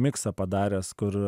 miksą padaręs kur